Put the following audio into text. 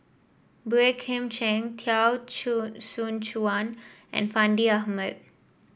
Boey Kim Cheng Teo Soon Chuan and Fandi Ahmad